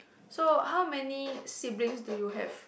so how many siblings do you have